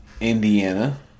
Indiana